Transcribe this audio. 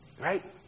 Right